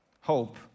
hope